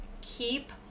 keep